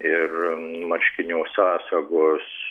ir marškinių sąsagos